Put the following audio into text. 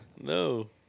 No